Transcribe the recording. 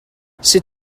sut